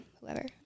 whoever